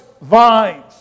vines